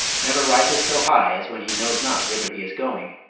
never rises so high as when he knows not whither he is going.